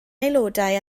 aelodau